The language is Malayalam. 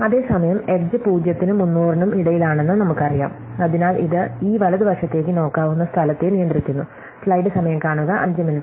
അതേസമയം എഡ്ജ് 0 നും 300 നും ഇടയിലാണെന്നും നമുക്കറിയാം അതിനാൽ ഇത് ഈ വലതുവശത്തേക്ക് നോക്കാവുന്ന സ്ഥലത്തെ നിയന്ത്രിക്കുന്നു സമയം കാണുക 0530